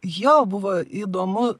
jo buvo įdomu